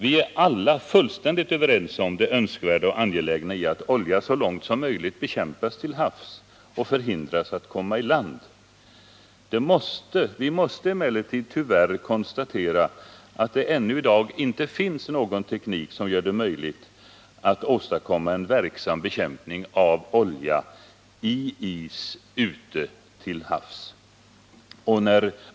Vi är alla fullständigt överens om det önskvärda och angelägna i att olja så långt som möjligt bekämpas till havs och förhindras att komma i land. Vi måste emellertid tyvärr konstatera att det ännu inte finns någon teknik som gör det möjligt att åstadkomma en verksam bekämpning av olja i is ute till havs.